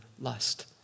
lust